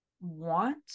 want